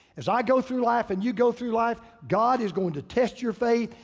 as i go through life and you go through life, god is going to test your faith,